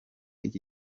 iki